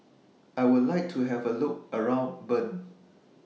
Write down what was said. I Would like to Have A Look around Bern